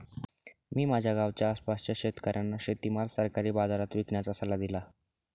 मी माझ्या गावाच्या आसपासच्या शेतकऱ्यांना शेतीमाल सरकारी बाजारात विकण्याचा सल्ला दिला